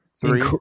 three